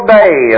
day